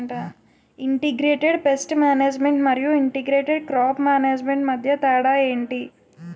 integrated pest management మరియు integrated crop management మధ్య తేడా ఏంటి